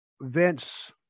Vince